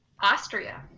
Austria